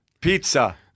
pizza